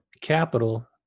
capital